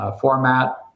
format